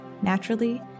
Naturally